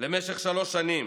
למשך שלוש שנים,